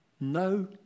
no